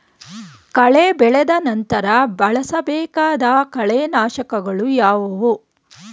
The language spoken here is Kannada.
ಕಳೆ ಬೆಳೆದ ನಂತರ ಬಳಸಬೇಕಾದ ಕಳೆನಾಶಕಗಳು ಯಾವುವು?